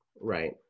Right